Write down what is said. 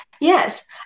Yes